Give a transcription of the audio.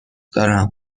دارم